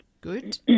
good